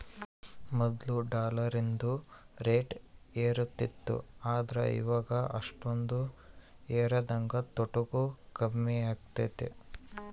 ಮೊದ್ಲು ಡಾಲರಿಂದು ರೇಟ್ ಏರುತಿತ್ತು ಆದ್ರ ಇವಾಗ ಅಷ್ಟಕೊಂದು ಏರದಂಗ ತೊಟೂಗ್ ಕಮ್ಮೆಗೆತೆ